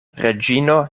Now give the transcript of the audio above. reĝino